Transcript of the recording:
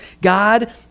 God